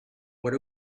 what